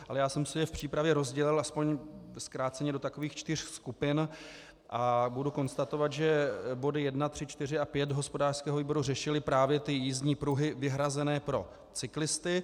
Ale já jsem si je v přípravě rozdělil aspoň zkráceně do čtyř skupin a budu konstatovat, že body 1, 3, 4 a 5 hospodářského výboru řešily právě jízdní pruhy vyhrazené pro cyklisty.